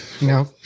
no